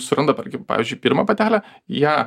suranda tarkim pavyzdžiui pirmą patelę ją